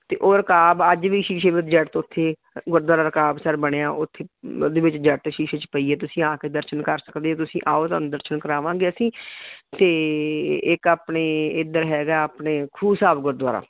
ਅਤੇ ਉਹ ਰਕਾਬ ਅੱਜ ਵੀ ਸ਼ੀਸ਼ੇ ਵਿੱਚ ਜੜ੍ਹਤ ਉੱਥੇ ਗੁਰਦੁਆਰਾ ਰਕਾਬਸਰ ਬਣਿਆ ਉੱਥੇ ਉਹਦੇ ਵਿੱਚ ਜੜ੍ਹਤ ਸ਼ੀਸ਼ੇ 'ਚ ਪਈ ਹੈ ਤੁਸੀਂ ਆ ਕੇ ਦਰਸ਼ਨ ਕਰ ਸਕਦੇ ਹੋ ਤੁਸੀਂ ਆਓ ਤੁਹਾਨੂੰ ਦਰਸ਼ਨ ਕਰਾਵਾਂਗੇ ਅਸੀਂ ਅਤੇ ਇੱਕ ਆਪਣੇ ਇੱਧਰ ਹੈਗਾ ਆਪਣੇ ਖੂਹ ਸਾਹਿਬ ਗੁਰਦੁਆਰਾ